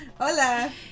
Hola